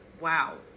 wow